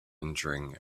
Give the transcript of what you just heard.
injuring